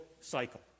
cycle